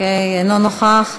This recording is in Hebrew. אינו נוכח.